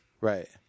Right